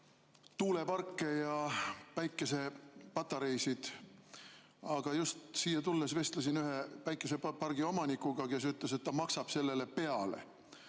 tuuleparke ja päikesepatareisid. Aga just siia tulles vestlesin ühe päikesepargi omanikuga, kes ütles, et ta maksab sellele peale,